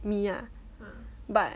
me ah but